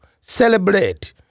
Celebrate